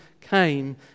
came